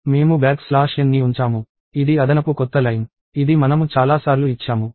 మేము backslash n ని ఉంచాము ఇది అదనపు కొత్త లైన్ ఇది మనము చాలాసార్లు ఇచ్చాము